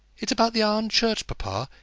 it's about the iron church, papa.